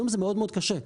היום זה מאוד-מאוד קשה.